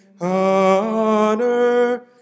honor